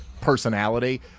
personality